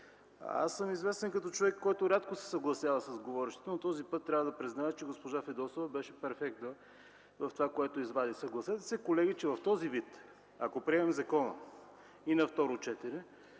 Аз съм известен като човек, който рядко се съгласява с говорещите, но този път трябва да призная, че госпожа Фидосова беше перфектна с това, което извади. Съгласете се, колеги, че ако приемем закона и на второ четене